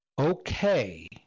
okay